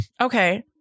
Okay